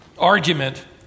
argument